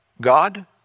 God